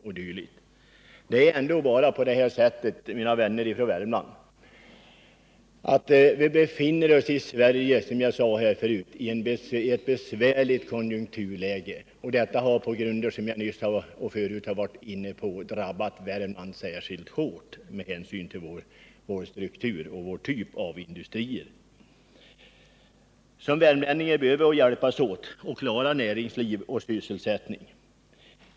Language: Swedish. Sverige befinner sig, mina vänner från Värmland, i ett besvärligt konjunkturläge. Detta har, på grunder som jag tidigare varit inne på, drabbat Värmland särskilt hårt med hänsyn till vår typ av industrier och deras struktur. Såsom värmlänningar bör vi hjälpas åt för att klara näringsliv och sysselsättning.